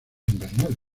invernales